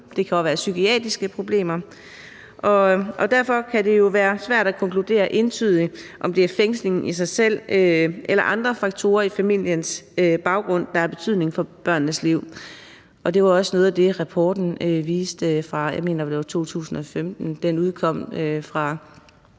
det kan også være psykiatriske problemer. Og derfor kan det jo være svært at konkludere entydigt, om det er fængslingen i sig selv eller andre faktorer i familiens baggrund, der har betydning for børnenes liv, og det var også noget af det, som rapporten fra det tidligere